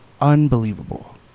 unbelievable